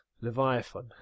Leviathan